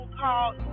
called